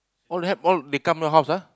all help all they come your house ah